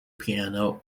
piano